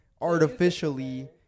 artificially